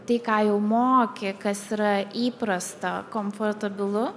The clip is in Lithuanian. tai ką jau moki kas yra įprasta komfortabilu